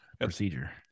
procedure